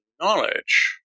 knowledge